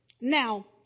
Now